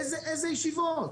איזה ישיבות?